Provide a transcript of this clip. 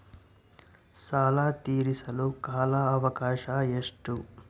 ಸಾಲ ತೇರಿಸಲು ಕಾಲ ಅವಕಾಶ ಎಷ್ಟು?